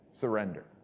Surrender